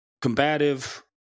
combative